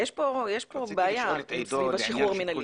יש פה בעיה סביב השחרור המינהלי.